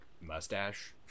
Mustache